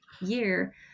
year